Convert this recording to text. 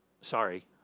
Sorry